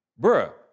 Bruh